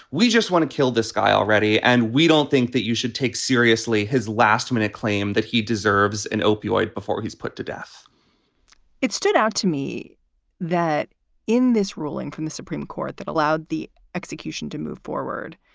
we just want to kill this guy already. and we don't think that you should take seriously his last minute claim that he deserves an opioid before he's put to death it stood out to me that in this ruling from the supreme court that allowed the execution to move forward.